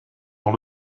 dans